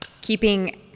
keeping